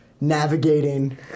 navigating